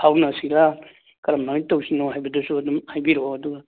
ꯐꯥꯎꯅꯁꯤꯔ ꯀꯔꯝꯍꯥꯏꯅ ꯇꯧꯁꯤꯒꯦ ꯍꯥꯏꯕꯗꯨꯁꯨ ꯑꯗꯨꯝ ꯍꯥꯏꯕꯤꯔꯛꯑꯣ ꯑꯗꯨꯒ